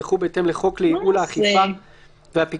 שהוסמכו בהתאם לחוק לייעול האכיפה והפיקוח